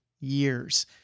years